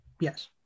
Yes